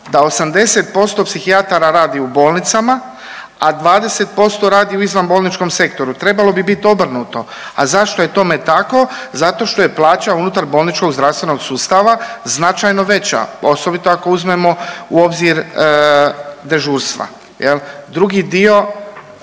da 80% psihijatara radi u bolnicama, a 20% radi u izvan bolničkom sektoru. Trebalo bi biti obrnuto. A zašto je tome tako? Zato što je plaća unutar bolničkog zdravstvenog sustava značajno veća osobito ako uzmemo u obzir dežurstva. Drugi dio,